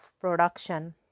production